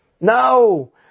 No